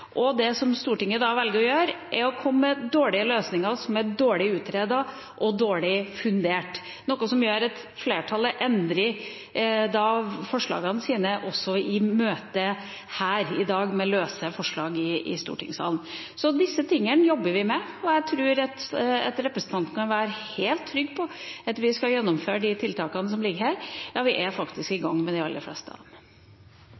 Det Stortinget da velger å gjøre, er å komme med dårlige løsninger, som er dårlig utredet og dårlig fundert, noe som gjør at flertallet endrer forslagene sine, også i møtet her i dag, med løse forslag i stortingssalen. Disse tingene jobber vi med, og jeg tror representanten kan være helt trygg på at vi skal gjennomføre de tiltakene som ligger her. Vi er faktisk i